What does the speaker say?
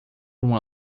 uma